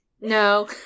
No